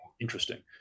interesting